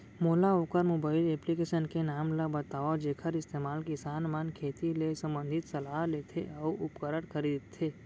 मोला वोकर mobile application के नाम ल बतावव जेखर इस्तेमाल किसान मन खेती ले संबंधित सलाह लेथे अऊ उपकरण खरीदथे?